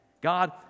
God